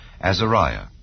Azariah